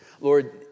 Lord